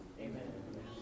Amen